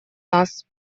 нас